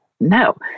no